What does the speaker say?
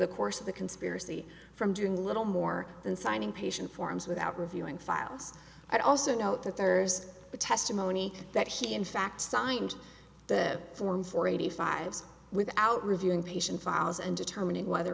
the course of the conspiracy from doing little more than signing patient forms without reviewing files i'd also note that there's a testimony that he in fact signed the form for eighty five without reviewing patient files and determining whether